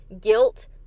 guilt